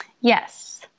Yes